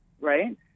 Right